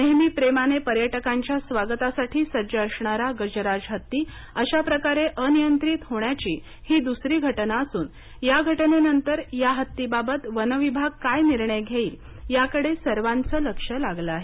नेहमी प्रेमाने पर्यटकांच्या स्वागतासाठी सज्ज असणारा गजराज हत्ती अश्याप्रकारे अनियंत्रित होण्याची ही द्सरी घटना असूनया घटनेनंतर या हत्तीबाबत वनविभाग काय निर्णय घेईल याकडे सर्वांचं लक्ष लागलं आहे